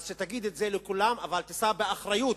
שתגיד את זה לכולם, שתישא באחריות